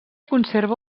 conserva